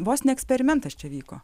vos ne eksperimentas čia vyko